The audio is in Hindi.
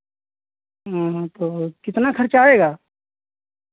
तो कितना खर्चा आएगा